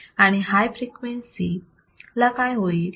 आणि high frequency तला काय होईल